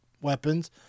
weapons